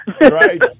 Right